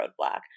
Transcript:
roadblock